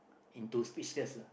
into speechless lah